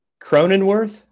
Cronenworth